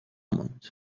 ماند